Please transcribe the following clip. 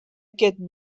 aquest